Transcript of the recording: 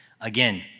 Again